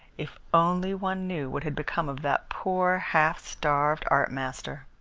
if only one knew what had become of that poor, half-starved art master!